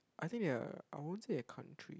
I think they are I won't say their country